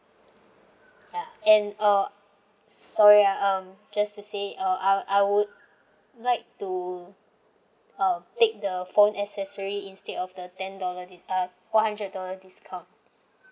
ya and uh sorry ah um just to say uh I I would like to uh take the phone accessory instead of the ten dollar dis~ err one hundred dollar discount